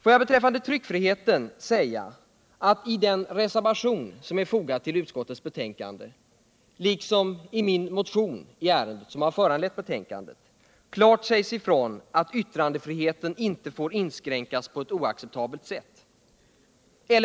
Låt mig beträffande frågan om tryckfriheten säga att det i den reservation som är fogad till utskottsbetänkandet liksom i min motion i ärendet som föranlett betänkandet klart sägs ifrån att yttrandefriheten inte får inskränkas på ett oacceptabelt sätt.